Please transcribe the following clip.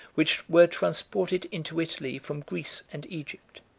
which were transported into italy from greece and egypt.